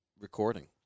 recording